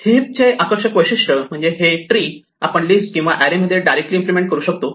heap चे आकर्षक वैशिष्ट म्हणजे हे ट्री आपण लिस्ट किंवा एरे मध्ये डायरेक्टली इम्प्लिमेंट करू शकतो